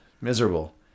miserable